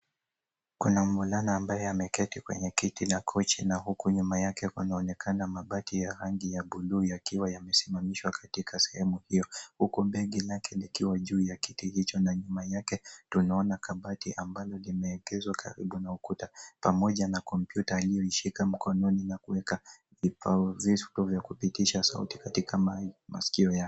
Kuna mvulana ambaye ameketi kwenye kiti la kochi huku nyuma yake kunaonekana mabati ya rangi ya buluu yakiwa yamesimamishwa katika sehemu hiyo huku begi lake likiwa juu ya kiti hicho na nyuma yake tunaona kabati ambalo limeegezwa karibu na ukuta. Pamoja na kompyuta aliyoishika mkononi, na kuweka vibao vitu vya kupitisha sauti katika masikio yake.